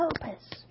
purpose